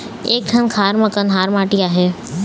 एक ठन खार म कन्हार माटी आहे?